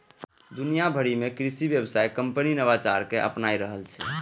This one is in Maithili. दुनिया भरि मे कृषि व्यवसाय कंपनी नवाचार कें अपना रहल छै